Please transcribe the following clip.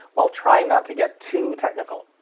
while trying not to get too technical.